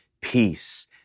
peace